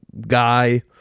guy